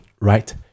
right